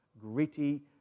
gritty